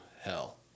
hell